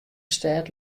stêd